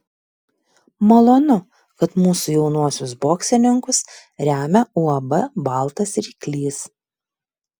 malonu kad mūsų jaunuosius boksininkus remia uab baltas ryklys